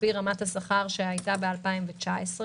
לפי רמת השכר שהייתה ב-2019,